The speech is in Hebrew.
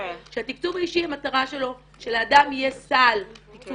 שהתקצוב האישי המטרה שלו שלאדם יהיה סל תקצוב